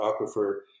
aquifer